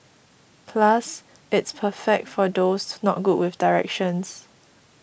plus it's perfect for those not good with directions